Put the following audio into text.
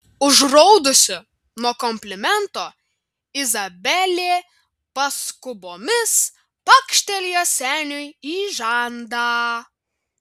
užraudusi nuo komplimento izabelė paskubomis pakštelėjo seniui į žandą